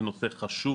זה נושא חשוב,